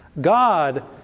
God